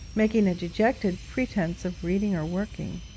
making a dejected pretence of reading or working.